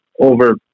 over